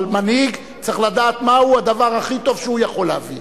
אבל מנהיג צריך לדעת מהו הדבר הכי טוב שהוא יכול להביא,